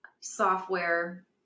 software